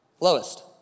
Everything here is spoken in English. lowest